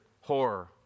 horror